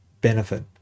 benefit